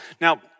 Now